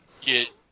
get